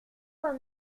quand